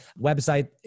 website